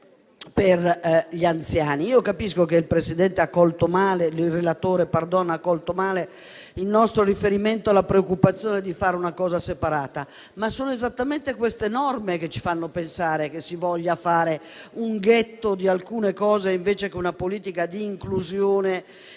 per gli anziani. Capisco che il relatore abbia colto male il nostro riferimento alla preoccupazione di fare una cosa separata, ma sono esattamente queste norme che ci fanno pensare che si voglia creare un ghetto invece che una politica di inclusione